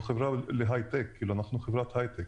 אנחנו חברת הייטק